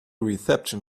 reception